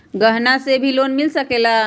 गहना से भी लोने मिल सकेला?